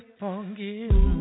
forgive